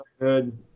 good